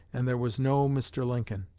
and there was no mr. lincoln.